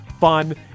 fun